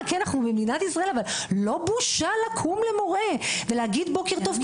אנחנו אמנם במדינת ישראל אבל לא בושה לקום כשמורה נכנס ולהגיד בוקר טוב,